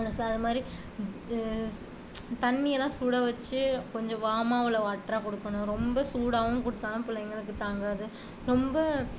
அதுமாதிரி தண்ணியெலாம் சுட வச்சு கொஞ்சம் வாமா உள்ள வாட்டரா கொடுக்கணும் ரொம்ப சூடாகவும் கொடுத்தாலும் பிள்ளைங்களுக்கு தாங்காது ரொம்ப